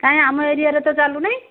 କାଇଁ ଆମ ଏରିଆରେ ତ ଚାଲୁନାଇଁ